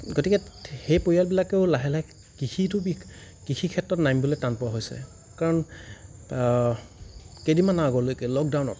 গতিকে সেই পৰিয়ালবিলাকেও লাহে লাহে কৃষিটো বি কৃষি ক্ষেত্ৰত নামিবলৈ টান পোৱা হৈছে কাৰণ কেইদিনমানৰ আগলৈকে লগডাউনত